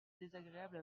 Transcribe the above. désagréable